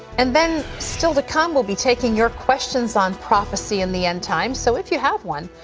and then, still to come we'll be taking your questions on prophesy and the end times. so if you have one,